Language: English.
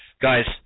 Guys